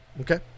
Okay